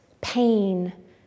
pain